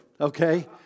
okay